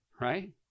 Right